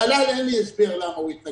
המל"ל אין לי הסבר למה הוא התנגד.